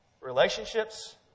Relationships